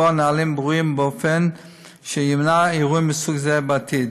נהלים ברורים באופן שימנע אירועים מסוג זה בעתיד.